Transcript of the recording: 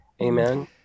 Amen